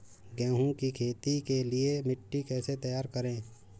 गेहूँ की खेती के लिए मिट्टी कैसे तैयार करें?